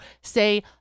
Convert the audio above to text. say